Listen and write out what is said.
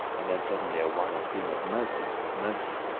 and then suddenly a wild scream of mercy! mercy!